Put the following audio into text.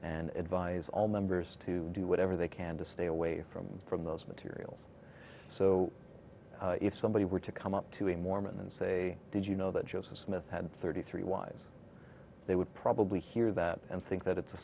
and advise all members to do whatever they can to stay away from from those materials so if somebody were to come up to a mormon and say did you know that joseph smith had thirty three wives they would probably hear that and think that it's a